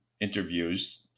interviews